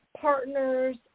partners